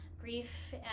grief